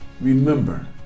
Remember